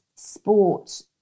sport